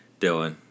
Dylan